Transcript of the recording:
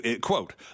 quote